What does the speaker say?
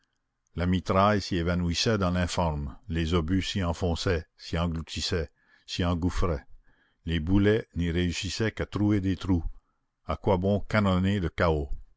la mitraille s'y évanouissait dans l'informe les obus s'y enfonçaient s'y engloutissaient s'y engouffraient les boulets n'y réussissaient qu'à trouer des trous à quoi bon canonner le chaos